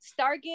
stargate